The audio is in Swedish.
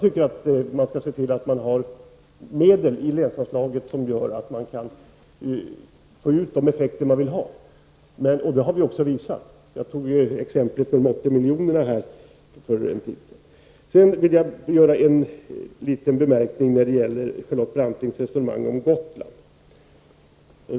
Det måste finnas medel i länsanslaget så att man kan få de effekter som man vill ha. Det har vi också visat — jag tog exemplet med de 80 miljonerna. Sedan vill jag göra en anmärkning när det gäller Charlotte Brantings resonemang om Gotland.